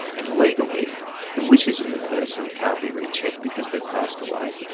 and legally the wishes of the person can't be rechecked because they've passed away,